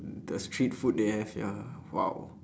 the seafood they have ya !wow!